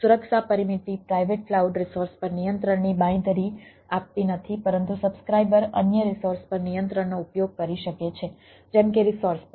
સુરક્ષા પરિમિતિ private cloud resource પર નિયંત્રણની બાંયધરી આપતી નથી પરંતુ સબ્સ્ક્રાઇબર અન્ય રિસોર્સ પર નિયંત્રણનો ઉપયોગ કરી શકે છે જેમ કે રિસોર્સ પર